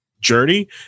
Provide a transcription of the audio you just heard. journey